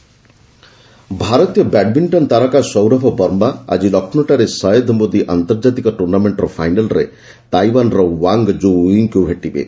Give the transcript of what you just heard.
badminton ଭାରତୀୟ badminton ତାରକା ସୌରଭ ବର୍ମା ଆଜି ଲକ୍ଷ୍ନୌଠାରେ ସୟଦ ମୋଦୀ ଆନ୍ତର୍କାତିକ ଟୁର୍ଣ୍ଣାମେଣ୍ଟର ଫାଇନାଲ୍ରେ ତାଇୱାନର ୱାଙ୍ଗ କ୍ତୁଓିଙ୍କୁ ଭେଟିବେ